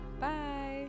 bye